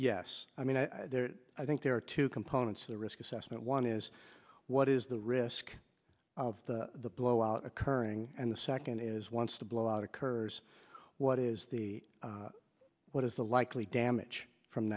yes i mean i think there are two components the risk assessment one is what is the risk of the blowout occurring and the second is once the blowout occurs what is the what is the likely damage from